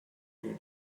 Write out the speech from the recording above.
you